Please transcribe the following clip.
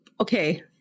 Okay